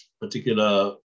particular